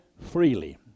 freely